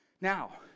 Now